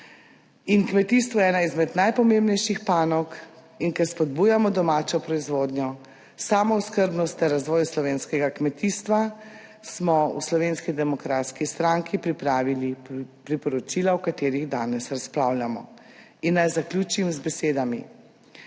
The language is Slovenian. In kmetijstvo je ena izmed najpomembnejših panog in ker spodbujamo domačo proizvodnjo, samooskrbnost ter razvoj slovenskega kmetijstva, smo v Slovenski demokratski stranki pripravili priporočila o katerih danes razpravljamo. In naj zaključim z besedami